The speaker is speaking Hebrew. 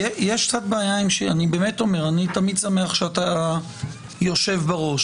אני תמיד שמח שאתה יושב בראש,